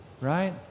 Right